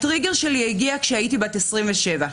הטריגר שלי הגיע כשהייתי בת 27,